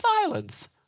violence